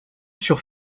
sur